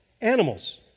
animals